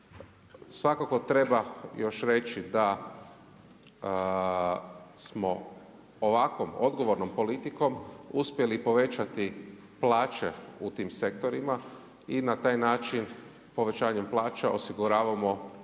Svakako treba još reći da smo ovakvom odgovornom politikom uspjeli povećati plaće u tim sektorima i na taj način povećanjem plaća osiguravamo